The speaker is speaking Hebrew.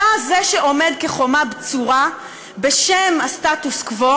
אתה זה שעומד כחומה בצורה בשם הסטטוס-קוו